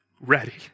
ready